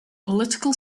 political